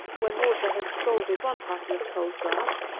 when water has scalded one parcel of cold grass,